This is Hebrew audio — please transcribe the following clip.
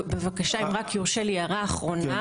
בבקשה, אם רק יורשה לי הערה אחרונה.